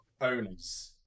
owners